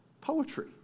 poetry